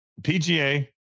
PGA